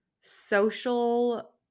social